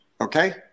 Okay